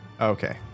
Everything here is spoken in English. Okay